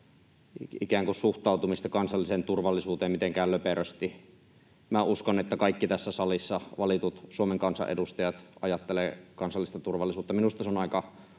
suhtautumista kansalliseen turvallisuuteen mitenkään löperöksi. Minä uskon, että kaikki tässä salissa valitut Suomen kansan edustajat ajattelevat kansallista turvallisuutta. Minusta se on aika